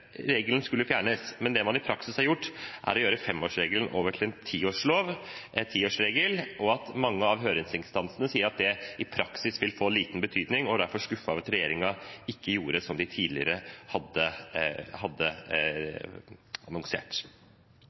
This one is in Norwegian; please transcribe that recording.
regelen skulle fjernes, men det man i praksis har gjort, er å gjøre femårsregelen til en tiårsregel. Mange av høringsinstansene har sagt at det i praksis vil få liten betydning, og er derfor skuffet over at regjeringen ikke gjorde som den tidligere hadde annonsert.